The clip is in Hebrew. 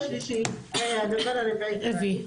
נקודה רביעית.